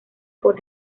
por